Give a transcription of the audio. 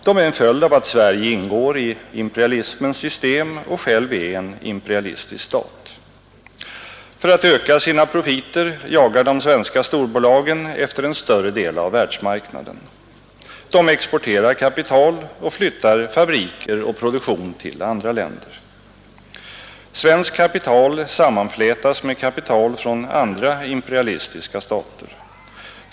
De är en följd av att Sverige ingår i imperialismens system och att Sverige är en imperialistisk stat. För att öka sina profiter jagar de svenska storbolagen efter en större del av världsmarknaden. De exporterar kapital och flyttar fabriker och produktion till andra länder. Svenskt kapital sammanflätas med kapital från andra imperialistiska stater.